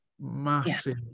massive